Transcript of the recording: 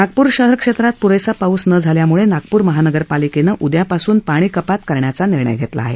नागप्र शहर क्षेत्रात प्रेसा पाऊस न झाल्यामुळे नागप्र महानगरपालिकेनं उद्यापासून पाणीकपात करण्याचा निर्णय घेतला आहे